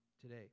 today